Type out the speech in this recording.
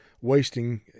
wasting